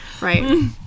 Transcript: Right